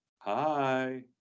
hi